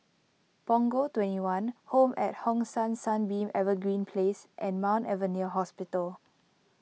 Punggol twenty one Home at Hong San Sunbeam Evergreen Place and Mount Alvernia Hospital